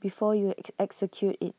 before you execute IT